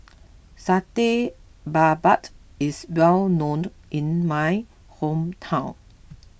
Satay Babat is well known in my hometown